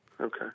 Okay